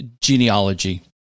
Genealogy